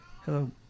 Hello